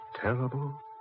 terrible